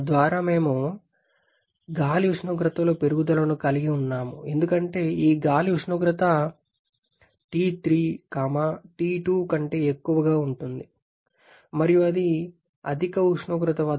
తద్వారా మేము గాలి ఉష్ణోగ్రతలో పెరుగుదలను కలిగి ఉన్నాము ఎందుకంటే ఈ గాలి ఉష్ణోగ్రత T3 T2 కంటే ఎక్కువగా ఉంటుంది మరియు అది అధిక ఉష్ణోగ్రత వద్ద దహన చాంబర్లోకి ప్రవేశిస్తుంది